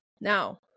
Now